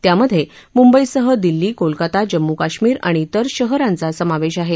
त्यामध्ये मुंबईसह दिल्ली कोलकाता जम्मू काश्मीर आणि इतर शहरांचा समावेश आहे